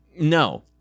no